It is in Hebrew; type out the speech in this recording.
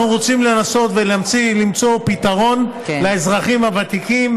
אנחנו רוצים לנסות למצוא פתרון לאזרחים הוותיקים,